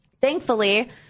thankfully